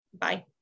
Bye